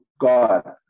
God